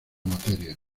materia